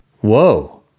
Whoa